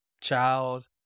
child